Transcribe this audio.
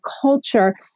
culture